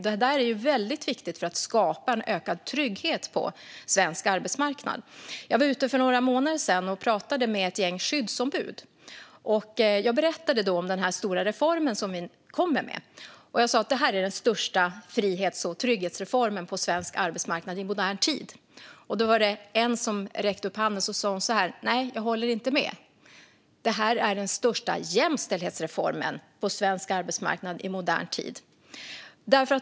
Det är väldigt viktigt för att skapa ökad trygghet på svensk arbetsmarknad. Jag var för några månader sedan ute och pratade med ett gäng skyddsombud. Jag berättade om den stora reform som vi kommer med och sa att det är den största frihets och trygghetsreformen på svensk arbetsmarknad i modern tid. Då var det en som räckte upp handen och sa: Nej, jag håller inte med; det här är den största jämställdhetsreformen på svensk arbetsmarknad i modern tid.